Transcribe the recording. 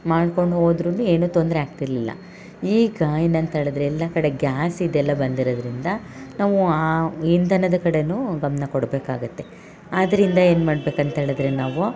ಮಾಡ್ಕೊಂಡು ಹೋದರೂ ಏನು ತೊಂದರೆ ಆಗ್ತಿರಲಿಲ್ಲ ಈಗ ಏನಂತ್ಹೇಳಿದರೆ ಎಲ್ಲ ಕಡೆ ಗ್ಯಾಸ್ ಇದೆಲ್ಲ ಬಂದಿರೋದ್ರಿಂದ ನಾವು ಆ ಇಂಧನದ ಕಡೆ ಗಮನ ಕೊಡಬೇಕಾಗುತ್ತೆ ಆದ್ದರಿಂದ ಏನು ಮಾಡ್ಬೇಕು ಅಂತ್ಹೇಳಿದರೆ ನಾವು